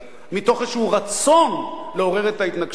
מתוך איזשהו רצון לעורר את ההתנגשות הזאת.